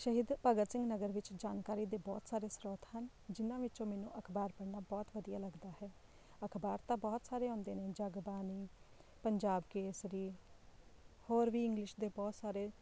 ਸ਼ਹੀਦ ਭਗਤ ਸਿੰਘ ਨਗਰ ਵਿੱਚ ਜਾਣਕਾਰੀ ਦੇ ਬਹੁਤ ਸਾਰੇ ਸਰੋਤ ਹਨ ਜਿਨ੍ਹਾਂ ਵਿੱਚੋਂ ਮੈਨੂੰ ਅਖਬਾਰ ਪੜ੍ਹਨਾ ਬਹੁਤ ਵਧੀਆ ਲੱਗਦਾ ਹੈ ਅਖਬਾਰ ਤਾਂ ਬਹੁਤ ਸਾਰੇ ਆਉਂਦੇ ਨੇ ਜਗਬਾਣੀ ਪੰਜਾਬ ਕੇਸਰੀ ਹੋਰ ਵੀ ਇੰਗਲਿਸ਼ ਦੇ ਬਹੁਤ ਸਾਰੇ